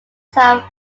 have